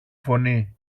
φωνή